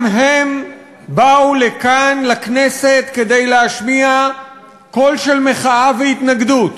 גם הם באו לכאן לכנסת כדי להשמיע קול של מחאה והתנגדות